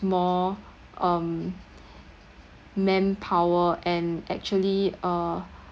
more um manpower and actually uh